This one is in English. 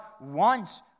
wants